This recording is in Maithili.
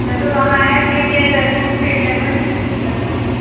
चलु अहाँ आएब गेलिएह तऽ घुमि फिर लेबै बढ़िआँसँ